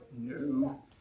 No